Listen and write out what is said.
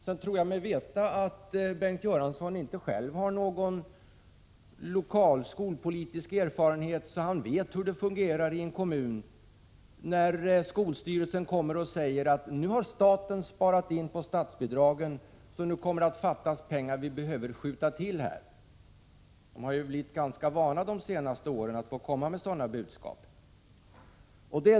Sedan tror jag mig veta att Bengt Göransson inte själv har någon lokal skolpolitisk erfarenhet av hur det fungerar i en kommun när man från skolstyrelsen kommer och säger att staten har sparat in på statsbidragen, att det kommer att fattas pengar och att det behöver skjutas till medel. Man har under de senaste åren blivit ganska van vid att få komma med sådana budskap.